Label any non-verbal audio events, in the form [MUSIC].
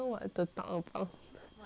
[LAUGHS]